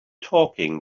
talking